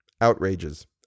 Outrages